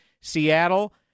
Seattle